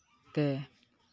ᱛᱮ